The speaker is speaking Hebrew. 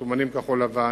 שמסומנים בכחול-לבן,